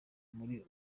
muri